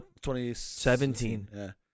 2017